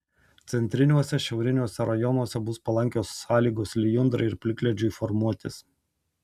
centriniuose šiauriniuose rajonuose bus palankios sąlygos lijundrai ir plikledžiui formuotis